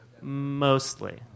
Mostly